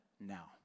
now